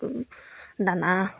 দানা